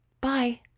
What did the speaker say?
Bye